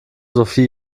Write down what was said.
sophie